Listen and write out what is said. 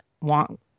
want